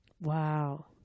Wow